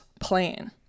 plan